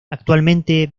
actualmente